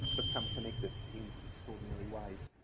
become connected in extraordinary ways.